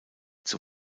zur